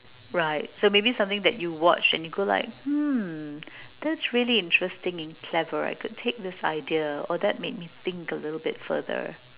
right so maybe something that you watched and you go like hmm that's really interesting and clever I could take this idea or that made me think a little bit further